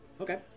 Okay